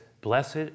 blessed